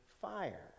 fire